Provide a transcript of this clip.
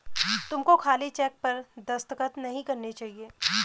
तुमको खाली चेक पर दस्तखत नहीं करने चाहिए